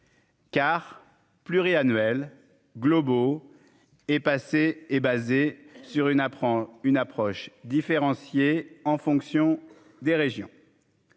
Car pluriannuels globaux et passé est basé sur une apprend une approche différenciée en fonction des régions.